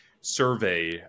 survey